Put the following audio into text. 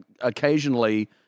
occasionally